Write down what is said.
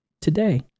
today